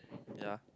ya